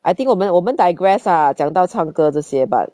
I think 我们我们 digress ah 讲到唱歌这些 but